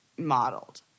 modeled